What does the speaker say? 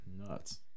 nuts